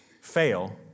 fail